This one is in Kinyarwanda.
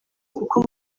kuko